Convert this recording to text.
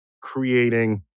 Creating